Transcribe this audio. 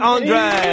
Andre